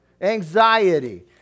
anxiety